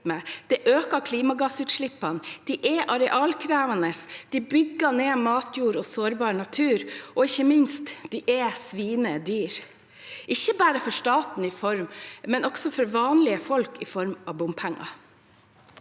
de øker klimagassutslippene, de er arealkrevende, de bygger ned matjord og sårbar natur, og ikke minst er de svinedyre, ikke bare for staten, men også for vanlige folk, i form av bompenger.